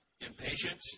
impatient